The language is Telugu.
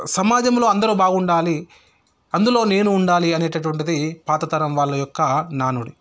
సమాజంలో అందరూ బాగుండాలి అందులో నేనూ ఉండాలి అనేటటువంటిది పాత తరం వాళ్ళ యొక్క నానుడి